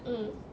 mm